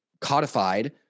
codified